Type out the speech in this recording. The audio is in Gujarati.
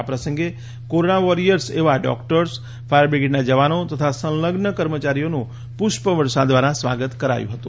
આ પ્રસંગે કોરોના વોરીયર્સ એવા ડોકટર્સ ફાયરબ્રિગેડના જવાનો તથા સંલગ્ન કર્મચારીઓનું પુષ્પવર્ષા દ્વારા સ્વાગત કરાયું હતું